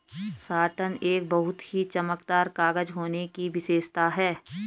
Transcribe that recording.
satin एक बहुत ही चमकदार कागज होने की विशेषता है